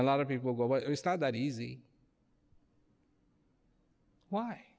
a lot of people go it's not that easy why